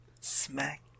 Smack